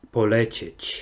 Polecieć